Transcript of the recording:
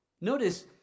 Notice